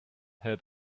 help